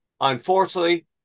Unfortunately